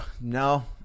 no